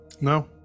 no